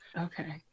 Okay